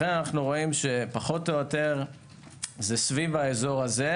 לכן אנו רואים שפחות או יותר זה סביב האזור הזה,